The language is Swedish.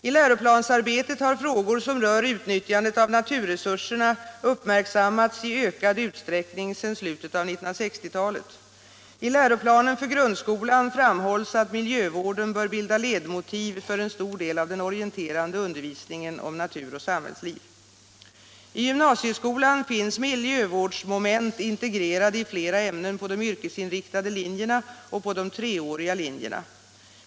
I läroplansarbetet har frågor som rör utnyttjandet av naturresurserna uppmärksammats i ökad utsträckning sedan slutet av 1960 talet. I läroplanen för grundskolan framhålls att miljövården bör bilda ledmotiv för en stor del av den orienterande undervisningen om natur och samhällsliv. I gymnasieskolan finns miljövårdsmoment integrerade i flera ämnen på de yrkesinriktade linjerna och på de treåriga linjerna.